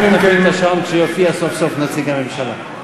אנחנו נפעיל את השעון כשיופיע סוף-סוף נציג הממשלה.